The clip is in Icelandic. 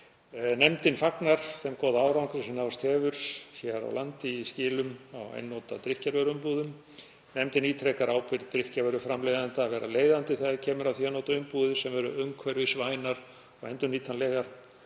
„Nefndin fagnar þeim góða árangri sem náðst hefur hér á landi í skilum á einnota drykkjarvöruumbúðum. Nefndin ítrekar ábyrgð drykkjarvöruframleiðanda að vera leiðandi þegar kemur að því að nota umbúðir sem eru umhverfisvænar og endurnýtanlegar.